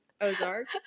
Ozark